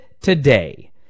today